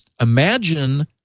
imagine